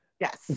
Yes